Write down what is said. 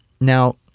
Now